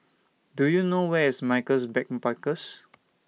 Do YOU know Where IS Michaels Backpackers